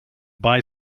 buy